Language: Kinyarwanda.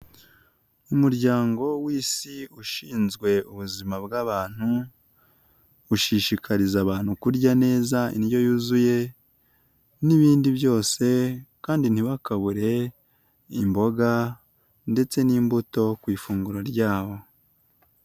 Umuryango w'isi ushinzwe ubuzima bw'abantu ushishikariza abantu kurya neza indyo yuzuye n'ibindi byose kandi ntibakabure imboga ndetse n'imbuto ku ifunguro ryabo.